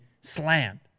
slammed